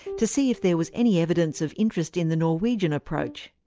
to see if there was any evidence of interest in the norwegian approach.